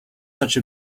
such